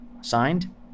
signed